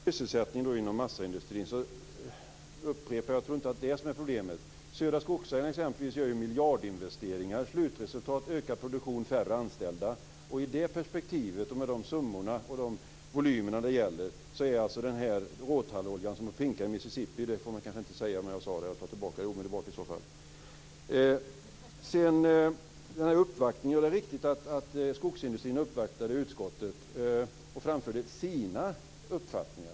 Herr talman! Jag upprepar att jag tror inte att det är sysselsättningen inom massaindustrin som är problemet. Exempelvis gör ju Södra Skogsägarna miljardinvesteringar. Slutresultat: Ökad produktion, färre anställda. I det perspektivet och med de summor och de volymer det gäller är råtalloljan som att pinka i Mississippi. Det får man kanske inte säga, så jag tar tillbaka det omedelbart. Det är riktigt att skogsindustrin uppvaktade utskottet och framförde sina uppfattningar.